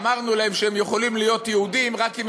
אמרנו להם שהם יכולים להיות יהודים רק אם